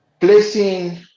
placing